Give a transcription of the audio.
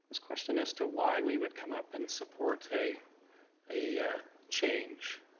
question is to why we would come up and support a a change,